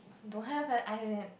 don't have eh as in